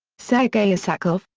sergei isakov,